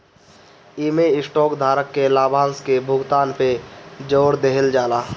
इमें स्टॉक धारक के लाभांश के भुगतान पे जोर देहल जाला